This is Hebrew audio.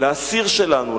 לאסיר שלנו,